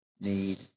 need